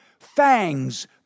fangs